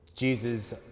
Jesus